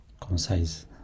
concise